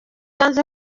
yanze